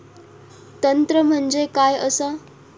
तंत्र म्हणजे काय असा?